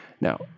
Now